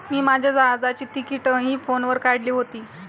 मी माझ्या जहाजाची तिकिटंही फोनवर काढली होती